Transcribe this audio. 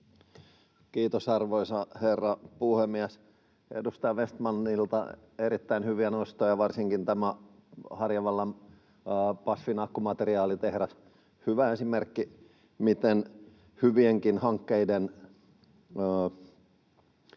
Kiitos, arvoisa herra puhemies! Edustaja Vestmanilta erittäin hyviä nostoja. Varsinkin tämä Harjavallan BASF:n akkumateriaalitehdas on hyvä esimerkki, miten hyvätkin hankkeet